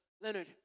Leonard